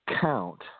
count